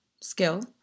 skill